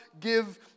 give